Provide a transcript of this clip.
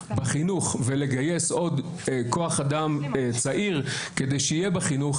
ולגייס עוד כוח אדם צעיר כדי שיהיה בחינוך,